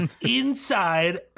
inside